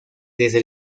desde